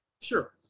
sure